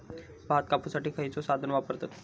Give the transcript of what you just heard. भात कापुसाठी खैयचो साधन वापरतत?